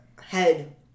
head